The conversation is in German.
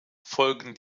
folgen